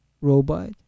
Robot